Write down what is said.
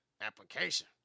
application